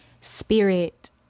spirit